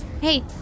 hey